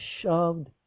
shoved